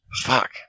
Fuck